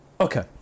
Okay